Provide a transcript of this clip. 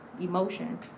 emotion